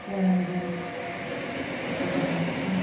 चुरुङ्गी खिचेर राखेको छु